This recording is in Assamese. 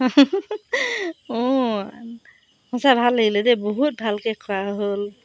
অঁ সঁচা ভাল লাগিলে দেই বহুত ভালকৈ খোৱা হ'ল